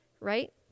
Right